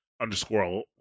underscore